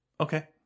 Okay